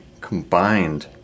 combined